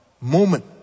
moment